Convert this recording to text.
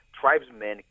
tribesmen